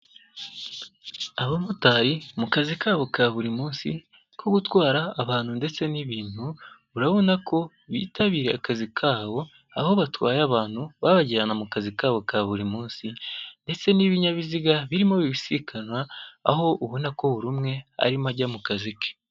Abamotari mu kazi kabo ka buri munsi ko gutwara abantu ndetse n'ibintu, urabona ko bitabiriye akazi kabo aho batwaye abantu babajyana mu kazi kabo ka buri munsi, ndetse n'ibinyabiziga birimo bibisikanwa aho ubona ko buri umwe arimo ajya mu kazi ke.